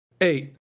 eight